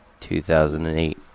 2008